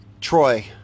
Troy